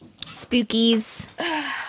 Spookies